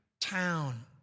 town